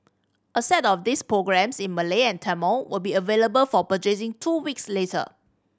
a set of these programmes in Malay and Tamil will be available for purchasing two weeks later